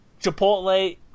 Chipotle